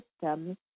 systems